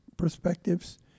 perspectives